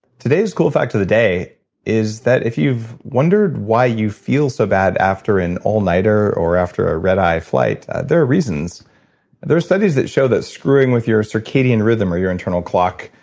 today's cool fact of the day is that if you've wondered why you feel so bad after an all-nighter or after a red eye flight, there are reasons there are studies that show that screwing with your circadian rhythm, or your internal clock,